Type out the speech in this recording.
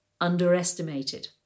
underestimated